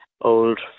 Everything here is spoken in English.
old